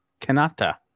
Kanata